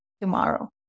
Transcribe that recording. tomorrow